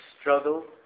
struggle